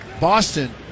Boston